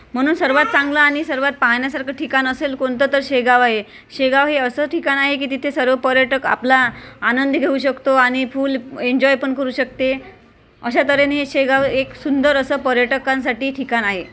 म्हणून सर्वात चांगलं आणि सर्वात पाहण्यासारखं ठिकाण असेल कोणतं तर शेगाव आहे शेगाव हे असं ठिकाण आहे की तिथे सर्व पर्यटक आपला आनंद घेऊ शकतो आणि फुल एन्जॉय पण करू शकते अशा तऱ्हेने शेगाव एक सुंदर असं पर्यटकांसाठी ठिकाण आहे